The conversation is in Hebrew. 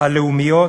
לדיור לאומי,